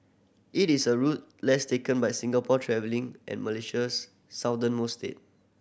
it is a route less taken by Singapore travelling and Malaysia's southernmost state